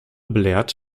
belehrt